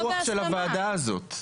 ולא ברוח של הוועדה הזאת.